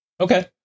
Okay